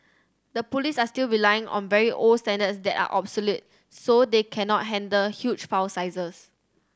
the police are still relying on very old standards that are obsolete so they cannot handle huge file sizes